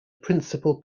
principal